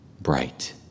bright